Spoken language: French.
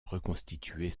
reconstituer